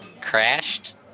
crashed